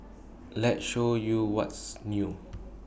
let's show you what's new